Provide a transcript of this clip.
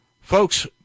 folks